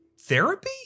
therapy